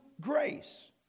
grace